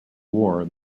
war